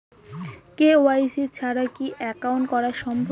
KYC ছাড়া কি account করা সম্ভব?